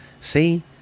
See